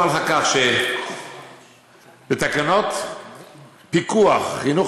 אני רוצה לומר לך כך: בתקנות פיקוח חינוך